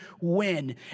win